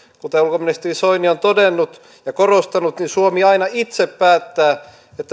mutta ulkoministeri soini on todennut ja korostanut että suomi aina itse päättää